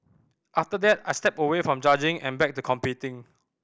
after that I stepped away from judging and back to competing